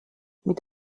mit